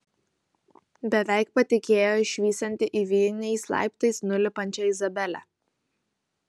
beveik patikėjo išvysianti įvijiniais laiptais nulipančią izabelę